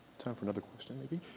time for another question, maybe?